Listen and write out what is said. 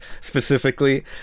specifically